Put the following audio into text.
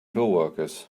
coworkers